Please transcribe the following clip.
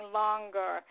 longer